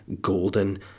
golden